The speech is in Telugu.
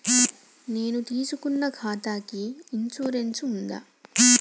నేను తీసుకున్న ఖాతాకి ఇన్సూరెన్స్ ఉందా?